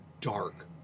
dark